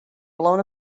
blown